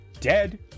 dead